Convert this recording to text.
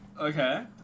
okay